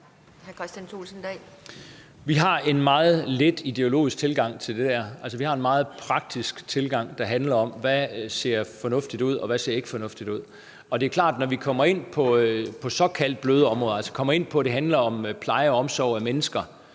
Vi har en meget lidt ideologisk tilgang til det der. Altså, vi har en meget praktisk tilgang, der handler om, hvad der ser fornuftigt ud, og hvad der ikke ser fornuftigt ud. Det er klart, at når vi kommer ind på såkaldt bløde områder, altså kommer ind på, at det handler om pleje og omsorg i forhold